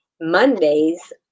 Mondays